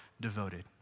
devoted